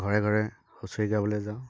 ঘৰে ঘৰে হুঁচৰি গাবলৈ যাওঁ